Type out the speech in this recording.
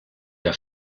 der